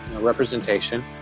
Representation